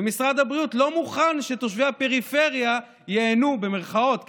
ומשרד הבריאות לא מוכן שתושבי הפריפריה "ייהנו" במירכאות,